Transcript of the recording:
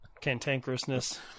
cantankerousness